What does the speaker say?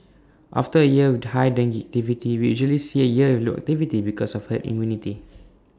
after A year with high dengue activity we usually see A year with low activity because of herd immunity